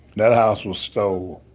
that house was stolen.